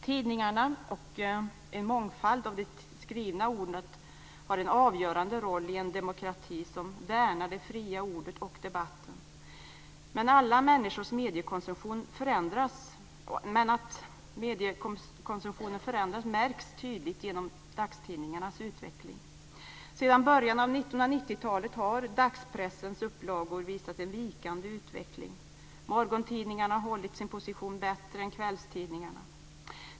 Tidningarna, och en mångfald i fråga om det skrivna ordet, har en avgörande roll i en demokrati som värnar det fria ordet och debatten. Men alla människors mediekonsumtion förändras. Det märks tydligt genom dagstidningarnas utveckling. Sedan början av 1990-talet har dagspressens upplagor visat en vikande utveckling. Morgontidningarna har hållit sin position bättre än kvällstidningarna.